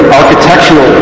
architectural